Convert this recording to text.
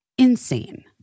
insane